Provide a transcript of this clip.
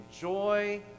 joy